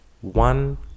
one